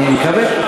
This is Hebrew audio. אני מקווה.